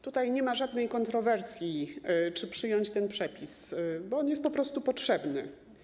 Tutaj nie ma żadnej kontrowersji, czy przyjąć ten przepis, bo on jest po prostu potrzebny.